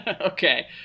Okay